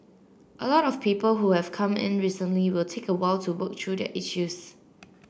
a lot of people who have come in recently will take a while to work through their issues